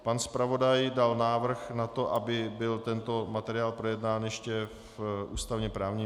Pan zpravodaj dal návrh na to, aby byl tento materiál projednán ještě v ústavněprávním výboru.